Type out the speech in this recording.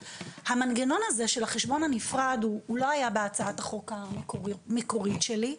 המנגנון הזה של החשבון הנפרד הוא לא היה בהצעת החוק המקורית שלי,